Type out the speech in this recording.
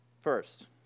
First